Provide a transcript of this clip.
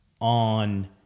on